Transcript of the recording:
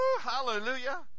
Hallelujah